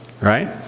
right